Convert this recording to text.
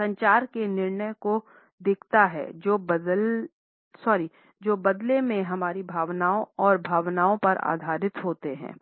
संचार के निर्णय को दिखाता है जो बदले में हमारी भावनाओं और भावनाओं पर आधारित होते हैं